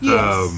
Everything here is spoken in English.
Yes